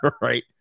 Right